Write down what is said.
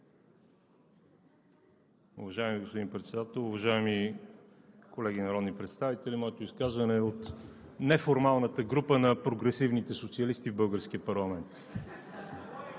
Уважаеми господин Председател, уважаеми колеги народни представители! Моето изказване е от неформалната група на прогресивните социалисти в българския парламент.